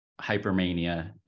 hypermania